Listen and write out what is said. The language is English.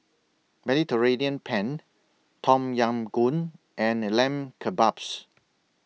Mediterranean Penne Tom Yam Goong and The Lamb Kebabs